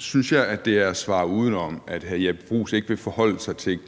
synes jeg, det er at svare udenom, at hr. Jeppe Bruus ikke vil forholde sig til